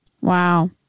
Wow